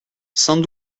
cent